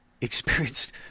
experienced